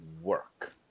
work